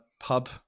pub